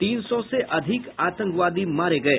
तीन सौ से अधिक आतंकवादी मारे गये